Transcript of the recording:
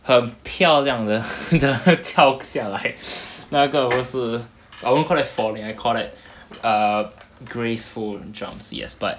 很漂亮的掉下来那个我是 I won't call that falling I call that err graceful jumps yes but